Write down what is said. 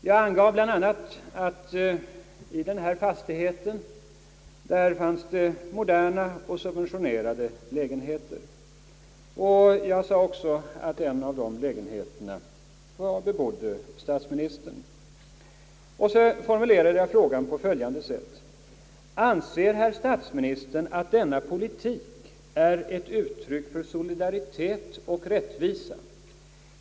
Jag angav bl.a. att i den ifrågavarande fastigheten fanns moderna, subventionerade lägenheter, och jag sade också att en av dessa lägenheter beboddes av statsministern. Jag formulerade frågan på följande sätt: Anser statsministern att denna politik är ett uttryck för solidaritet och rättvisa?